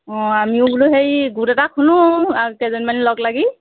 অঁ আমিও বোলো সেই গোট এটা খোলো কেইজনীমানে লগ লাগি